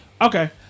Okay